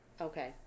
Okay